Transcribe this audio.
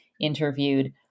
Interviewed